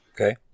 Okay